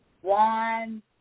One